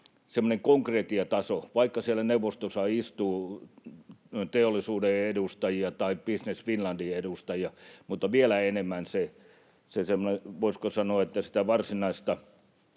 semmoinen konkretian taso. Vaikka siellä neuvostossa istuu teollisuuden edustajia tai Business Finlandin edustajia, niin vielä enemmän sitä semmoista, voisiko sanoa, varsinaista